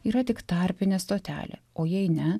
yra tik tarpinė stotelė o jei ne